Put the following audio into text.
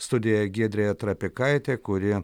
studijoje giedrė trapikaitė kuri